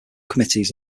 committees